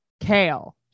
Kale